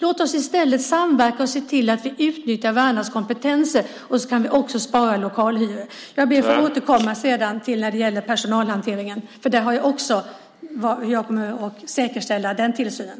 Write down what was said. Låt oss i stället samverka och se till att vi utnyttjar varandras kompetenser. Då kan vi också spara lokalhyror. Jag ber att få återkomma när det gäller personalhanteringen. Jag kommer också att säkerställa den tillsynen.